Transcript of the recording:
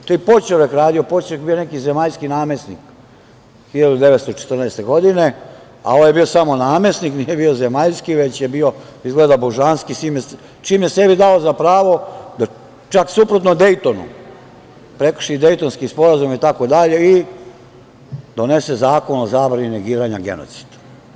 To je poćurak radio, poćurak je bio neki zemaljski namesnik 1914. godine, a ovaj je bio samo namesnik, nije bio zemaljski, već je bio, izgleda božanski, čim je sebi dao za pravo da čak suprotno Dejtonu, prekrši Dejtonski sporazum i donese zakon o zabrani negiranja genocida.